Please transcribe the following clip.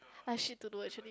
I've shit to do actually